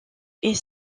est